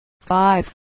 five